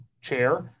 chair